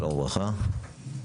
שלום וברכה.